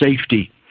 safety